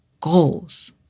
goals